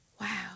wow